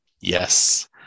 Yes